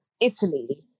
Italy